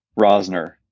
Rosner